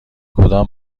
کدام